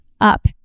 up